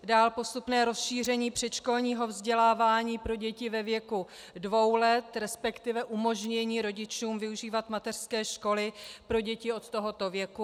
Dál postupné rozšíření předškolního vzdělávání pro děti ve věku dvou let, resp. umožnění rodičům využívat mateřské školy pro děti od tohoto věku.